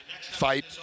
Fight